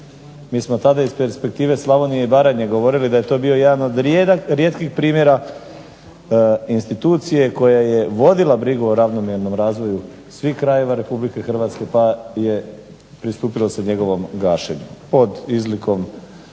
mi smo tada iz perspektive Slavonije i Baranje govorili da je to bio jedan od rijetkih primjera institucije koja je vodila brigu o ravnomjernom razvoju svih krajeva RH pa je pristupilo se njegovom gašenju pod izlikom ušteda